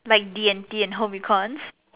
like D N T and home econ